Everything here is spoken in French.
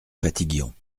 fatiguions